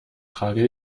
trage